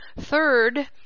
Third